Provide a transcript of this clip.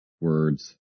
words